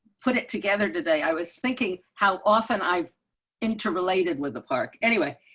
put it together today. i was thinking, how often i've interrelated with the park anyway.